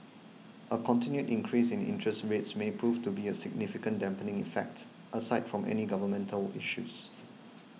a continued increase in interest rates may prove to be of significant dampening effect aside from any governmental issues